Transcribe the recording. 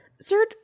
Sir